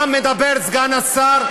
סגן השר,